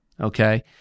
okay